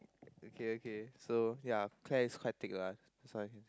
okay okay so ya Claire is quite thick lah so I can